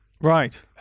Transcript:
right